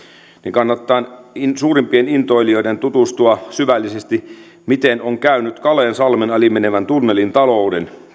kannattaa suurimpien intoilijoiden tutustua syvällisesti miten on käynyt calaisn salmen ali menevän tunnelin talouden